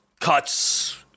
cuts